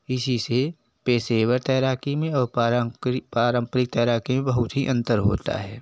इसी से पेशेवर तैराकी में और पारंकृ पारंपरिक तैराकी में बहुत ही अंतर होता है